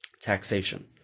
taxation